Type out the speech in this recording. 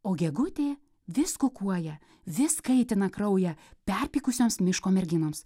o gegutė vis kukuoja vis kaitina kraują perpykusioms miško merginoms